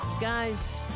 Guys